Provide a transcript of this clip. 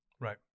Right